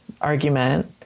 argument